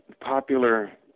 popular